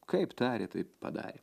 kaip tarė taip padarė